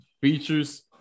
features